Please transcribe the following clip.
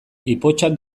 ipotxak